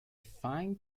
fine